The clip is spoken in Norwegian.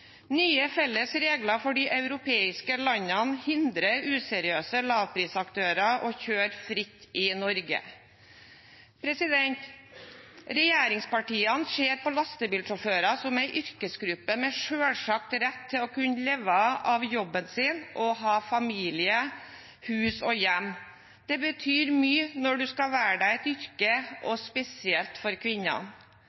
Nye felles regler for de europeiske landene hindrer useriøse lavprisaktører å kjøre fritt i Norge. Regjeringspartiene ser på lastebilsjåfører som en yrkesgruppe med en selvsagt rett til å kunne leve av jobben sin og ha familie, hus og hjem. Det betyr mye når man skal velge seg et yrke, og